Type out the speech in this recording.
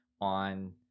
on